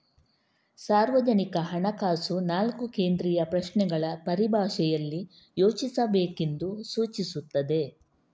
ಸಾರ್ವಜನಿಕ ಹಣಕಾಸು ನಾಲ್ಕು ಕೇಂದ್ರೀಯ ಪ್ರಶ್ನೆಗಳ ಪರಿಭಾಷೆಯಲ್ಲಿ ಯೋಚಿಸಬೇಕೆಂದು ಸೂಚಿಸುತ್ತದೆ